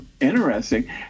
Interesting